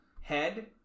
head